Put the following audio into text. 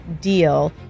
deal